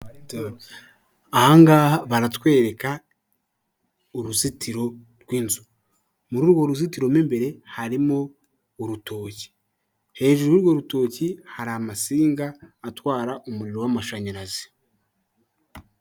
Nyiricyubahiro umuyobozi w'igihugu cy'u Rwanda yambaye ishati y'umweru nipantaro y'umukara mu kiganza cy'iburyo afite icyuma ndangururamajwi ndetse n'agacupa k'amazi kuru ruhande yicaye hagati y'abantu abantu benshi bamuhanze amaso.